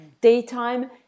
daytime